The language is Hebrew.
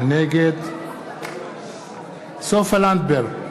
נגד סופה לנדבר,